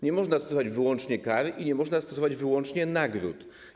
Nie można stosować wyłącznie kar i nie można stosować wyłącznie nagród.